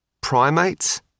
primates